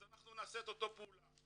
אז אנחנו נעשה את אותה פעולה.